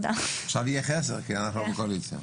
עכשיו יהיה חסר כי אנחנו לא בקואליציה.